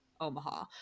Omaha